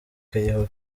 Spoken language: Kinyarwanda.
kayihura